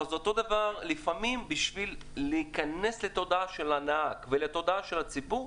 לפעמים בשביל להיכנס לתודעה של הנהג ולתודעה של הציבור,